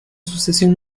sucesión